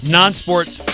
non-sports